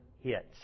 hits